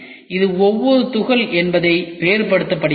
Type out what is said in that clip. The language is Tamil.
இது ஒவ்வொரு துகள் என்பதை வேறுபடுத்துகிறது